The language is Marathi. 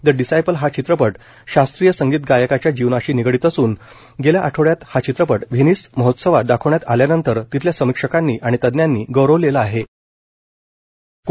द डिसायपल हा चित्रपट शास्रीय संगीत गायकाच्या जीवनाशी निगडीत असून गेल्या आठवड्यात हा चित्रपट व्हेनिस महोत्सवात दाखवण्यात आल्यानंतर तिथल्या समीक्षकांनी आणि तज्ञांनी गौरवला होता